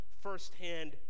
firsthand